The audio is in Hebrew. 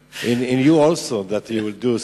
זה דבר שראוי שיהיה.